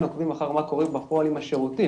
עוקבים אחרי מה קורה בפועל עם השירותים.